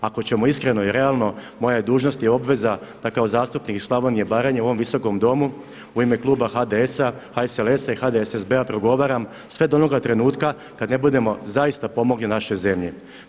Ako ćemo iskreno i realno moja je dužnost i obveza da kao zastupnik iz Slavonije i Baranje u ovom Visokom domu u ime kluba HDS-a, HSLS-a i HDSSB-a progovaram sve do onoga trenutka kad ne budemo zaista pomogli našoj zemlji.